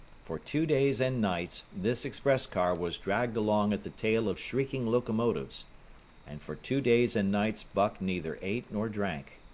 for two days and nights this express car was dragged along at the tail of shrieking locomotives and for two days and nights buck neither ate nor drank.